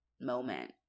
moment